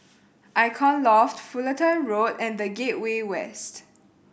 Icon Loft Fullerton Road and The Gateway West